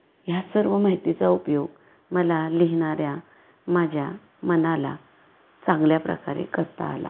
ह्या सर्व माहितीचा उपयोग मला लिहिणाऱ्या माझ्या मनाला चांगल्या प्रकारे करता आला